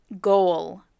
Goal